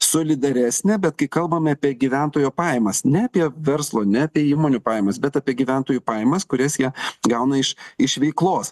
solidaresnę bet kai kalbame apie gyventojo pajamas ne apie verslo ne apie įmonių pajamas bet apie gyventojų pajamas kurias jie gauna iš iš veiklos